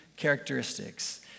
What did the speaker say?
characteristics